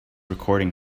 recording